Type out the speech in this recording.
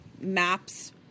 maps